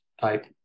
type